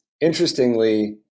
interestingly